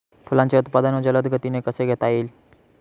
फुलांचे उत्पादन जलद गतीने कसे घेता येईल?